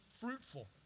fruitful